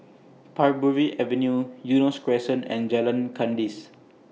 Parbury Avenue Eunos Crescent and Jalan Kandis